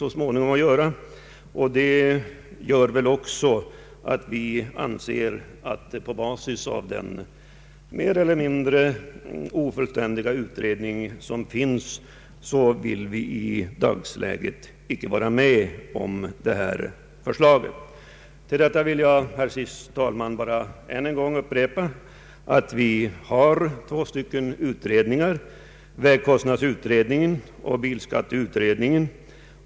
Med hänsyn därtill anser vi att vi på basis av den mer eller mindre ofullständiga utredning som gjorts i dagens läge inte kan tillstyrka detta förslag. Slutligen vill jag, herr talman, ännu en gång upprepa att det på detta område pågår två utredningar, nämligen vägkostnadsutredningen och = bilskatteutredningen.